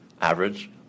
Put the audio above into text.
average